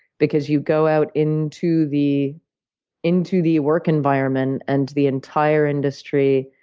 because you go out into the into the work environment, and the entire industry,